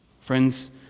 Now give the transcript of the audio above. Friends